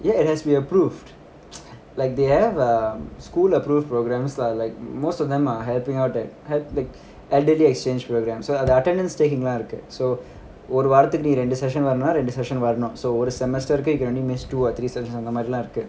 ya it has to be approved like they have um school approved programs lah like most of them are helping out that help that elderly exchange programmes so the attendance taking sessions lah ஒருவாரத்துக்குநீரெண்டு:oru varatdhukkum ni rendu sessions வரணும்னாநீரெண்டு:varanumna ni rendu sessions வரணும்:varanum so ஒரு:oru semester u can miss only ஒருரெண்டு:oru rendu sessions miss பண்ணலாம்அந்தமாதிரிலாம்இருக்கு:pannalam antha mathirilam irukku